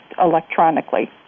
electronically